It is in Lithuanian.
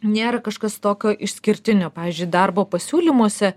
nėra kažkas tokio išskirtinio pavyzdžiui darbo pasiūlymuose